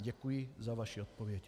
Děkuji za vaši odpověď.